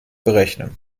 berechnen